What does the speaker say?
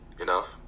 enough